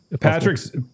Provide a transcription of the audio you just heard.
patrick's